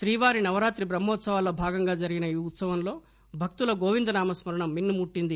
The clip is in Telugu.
శ్రీవారి నవరాత్రి ట్రహ్మోత్సవాల్లో భాగంగా జరిగిన ఈ ఉత్సవంలో భక్తుల గోవింద నామ స్క రణం మిన్ను ముట్టింది